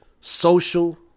social